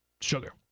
Sugar